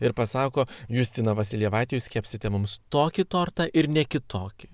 ir pasako justina vasiljevaite jūs kepsite mums tokį tortą ir ne kitokį